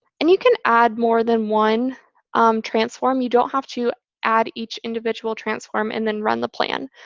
and you can add more than one transform. you don't have to add each individual transform and then run the plan.